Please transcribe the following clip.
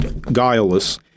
guileless